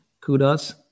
kudos